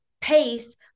pace